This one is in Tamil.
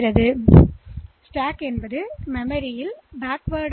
எனவே அடுக்கு பொதுவாக மெமரித்தில் பின்னோக்கி வளர்கிறது